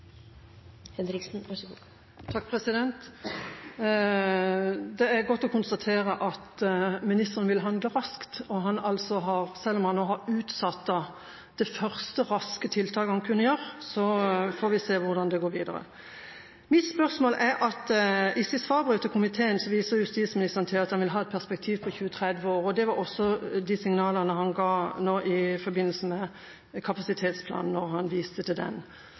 Det er godt å konstatere at ministeren vil handle raskt, selv om han nå har utsatt det første raske tiltaket han kunne gjøre. Så får vi se hvordan det går videre. I sitt svarbrev til komiteen viser justisministeren til at han vil ha et perspektiv på 20–30 år. Det var også de signalene han ga nå i forbindelse med kapasitetsplanen, da han viste til den.